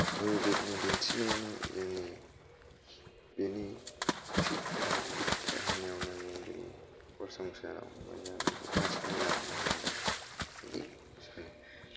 गुरुदेबनि दिन्थिनायावनो जोंनि बिनि शिक्षा दिक्षा होनाय मानायाव जोंनि नखर संसाराव जथायसालि लाबोनो हादों इदि सानो